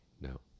no